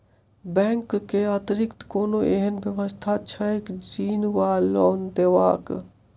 Bank केँ अतिरिक्त कोनो एहन व्यवस्था छैक ऋण वा लोनदेवाक?